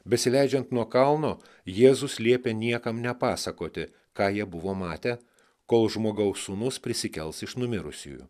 besileidžiant nuo kalno jėzus liepė niekam nepasakoti ką jie buvo matę kol žmogaus sūnus prisikels iš numirusiųjų